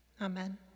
Amen